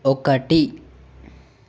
ఒకటి